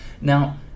Now